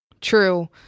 True